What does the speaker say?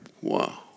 wow